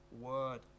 word